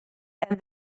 and